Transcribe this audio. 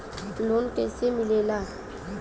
Loan कईसे मिलेला?